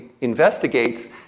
investigates